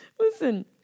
Listen